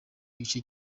igice